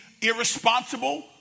irresponsible